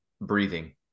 breathing